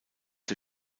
der